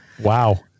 Wow